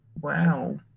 Wow